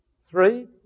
three